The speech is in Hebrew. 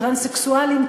טרנסקסואלים,